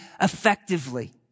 effectively